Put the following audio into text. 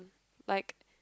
like